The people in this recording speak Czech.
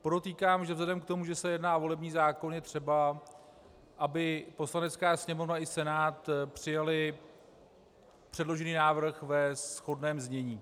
Podotýkám, že vzhledem k tomu, že se jedná o volební zákon, je třeba, aby Poslanecká sněmovna i Senát přijaly předložený návrh ve shodném znění.